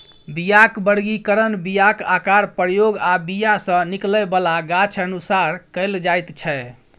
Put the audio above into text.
बीयाक बर्गीकरण बीयाक आकार, प्रयोग आ बीया सँ निकलै बला गाछ अनुसार कएल जाइत छै